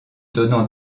donnant